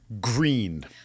Green